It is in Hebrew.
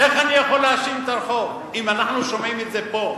איך אני יכול להאשים את הרחוב אם אנחנו שומעים את זה פה?